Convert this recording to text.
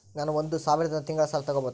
ನಾನು ಒಂದು ಸಾವಿರದಿಂದ ತಿಂಗಳ ಸಾಲ ತಗಬಹುದಾ?